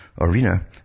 Arena